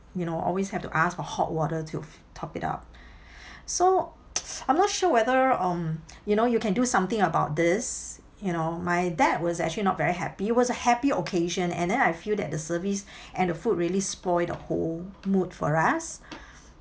you know always have to ask for hot water to top it up so I'm not sure whether um you know you can do something about this you know my dad was actually not very happy it was a happy occasion and then I feel that the service and the food really spoil the whole mood for us